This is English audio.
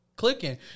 clicking